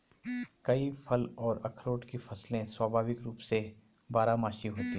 कई फल और अखरोट की फसलें स्वाभाविक रूप से बारहमासी होती हैं